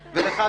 ולך,